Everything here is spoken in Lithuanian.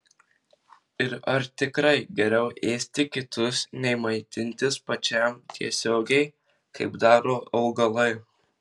ir ar tikrai geriau ėsti kitus nei maitintis pačiam tiesiogiai kaip daro augalai